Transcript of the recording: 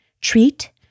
treat